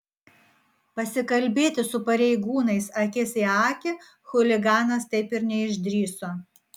pasikalbėti su pareigūnais akis į akį chuliganas taip ir neišdrįso